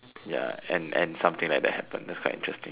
ya and and something like that happen that's quite interesting